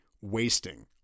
wasting